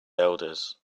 elders